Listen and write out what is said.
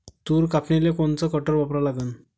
तूर कापनीले कोनचं कटर वापरा लागन?